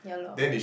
ya lor